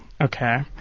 Okay